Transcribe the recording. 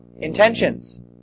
intentions